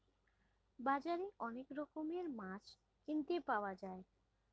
বাজারে অনেক রকমের মাছ কিনতে পাওয়া যায়